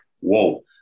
whoa